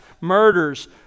murders